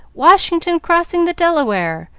washington crossing the delaware!